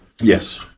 Yes